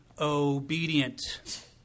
obedient